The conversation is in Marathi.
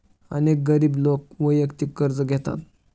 अनेक गरीब लोक वैयक्तिक कर्ज घेतात